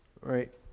Right